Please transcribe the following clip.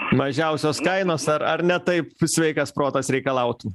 mažiausios kainos ar ar ne taip sveikas protas reikalautų